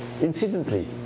Incidentally